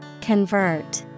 Convert